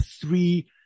three